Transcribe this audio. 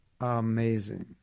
Amazing